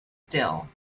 still